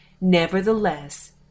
Nevertheless